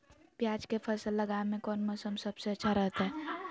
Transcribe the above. प्याज के फसल लगावे में कौन मौसम सबसे अच्छा रहतय?